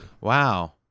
Wow